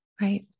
Right